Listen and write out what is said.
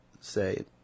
say